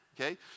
okay